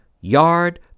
yard